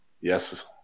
yes